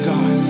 God